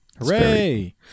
hooray